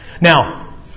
Now